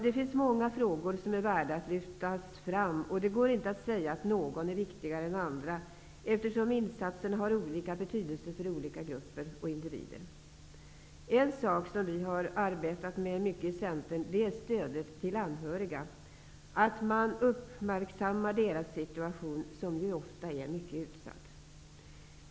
Det finns många frågor som är värda att lyftas fram och det går inte att säga att någon är viktigare än andra eftersom insatserna har olika betydelse för olika grupper och individer. En sak som vi har arbetat med mycket i Centern är stödet till anhöriga, dvs. att man uppmärksammar deras situation som ju ofta är mycket utsatt.